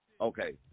Okay